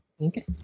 Okay